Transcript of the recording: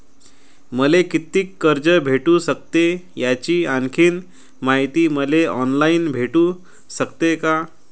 मले कितीक कर्ज भेटू सकते, याची आणखीन मायती मले ऑनलाईन भेटू सकते का?